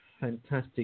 fantastic